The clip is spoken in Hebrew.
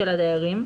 של הדיירים,